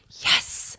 yes